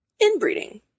inbreeding